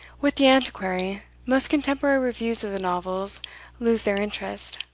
with the antiquary most contemporary reviews of the novels lose their interest.